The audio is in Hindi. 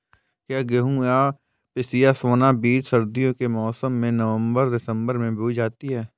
क्या गेहूँ या पिसिया सोना बीज सर्दियों के मौसम में नवम्बर दिसम्बर में बोई जाती है?